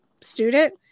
student